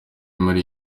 muri